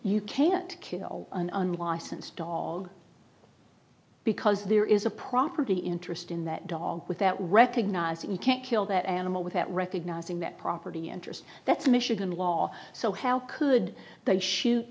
you can't kill an unlicensed dog because there is a property interest in that dog with that we recognize that you can't kill that animal without recognizing that property enters that michigan law so how could that shoot